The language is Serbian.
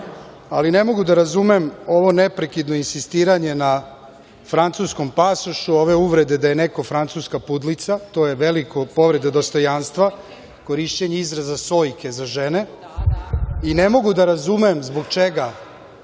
ali ne mogu da razumem ovo neprekidno insistiranje na francuskom pasošu, ove uvrede da je neko francuska pudlica, to je velika povreda dostojanstva, korišćenje izraza „sojke“ za žene i ne mogu da razumem zbog čega